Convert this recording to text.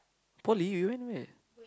poly you you went meh